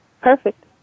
perfect